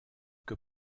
que